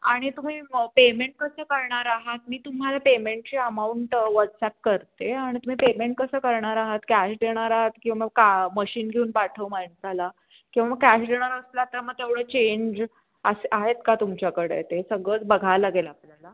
आणि तुम्ही पेमेंट कसे करणार आहात मी तुम्हाला पेमेंटची अमाऊंट व्हॉट्सॲप करते आणि तुम्ही पेमेंट कसं करणार आहात कॅश देणार आहात किंवा का मशीन घेऊन पाठवू माणसाला किंवा मग कॅश देणार असला तर मग तेवढं चेंज असं आहेत का तुमच्याकडे ते सगळंच बघाय लागेल आपल्याला